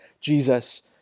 Jesus